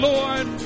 Lord